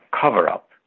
cover-up